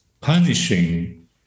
punishing